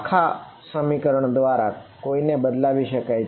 આ આખા સમીકરણ દ્વારા કોઈને બદલાવી શકાય છે